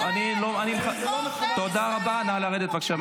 תומך טרור, עוכר ישראל.